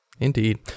Indeed